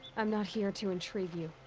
i'm not here to intrigue you.